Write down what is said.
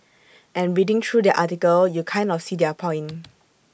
and reading through their article you kind of see their point